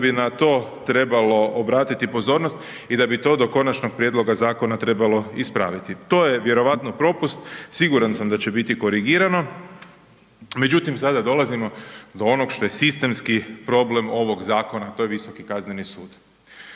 da bi na to trebalo obratiti pozornost i da bi to do konačnog prijedloga zakona trebalo ispraviti. To je vjerojatno propust, siguran sam da će biti korigirano. Međutim sada dolazimo do onog što je sistemski problem ovog zakona, to je Visoki kazneni sud.